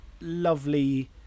lovely